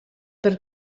per